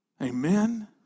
Amen